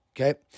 okay